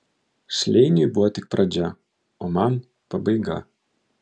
šleiniui buvo tik pradžia o man pabaiga